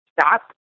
stop